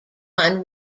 one